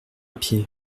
pied